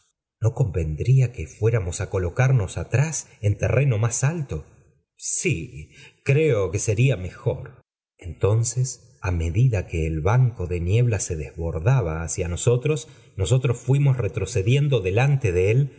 no convendría que fuéramos á colocamos atrás en terreno más alto sí creo que sería mejor entonces á medida que el banco de niebla se desbordaba hacia nosotros nosotros fuimos retro cediendo delante de él